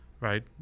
right